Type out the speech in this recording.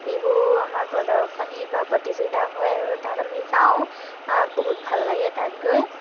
বিহু আমাৰ প্ৰদৰ্শনী বা প্ৰতিযোগিতা হয় আৰু তাত আমি যাওঁ বহুত ভাল লাগে তাত গৈ